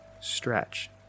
Stretch